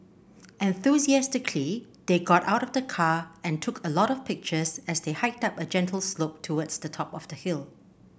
enthusiastically they got out of the car and took a lot of pictures as they hiked up a gentle slope towards the top of the hill